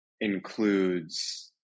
includes